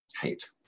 hate